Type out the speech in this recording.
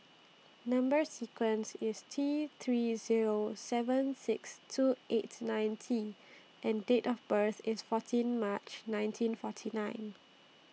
Number sequence IS T three Zero seven six two eight nine T and Date of birth IS fourteen March nineteen forty nine